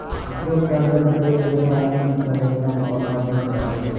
उपयोग करने से पहले रसायनों की संरचना को पढ़ना बेहतर है